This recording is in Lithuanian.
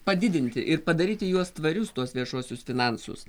padidinti ir padaryti juos tvarius tuos viešuosius finansus